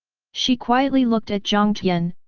she quietly looked at jiang tian,